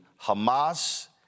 Hamas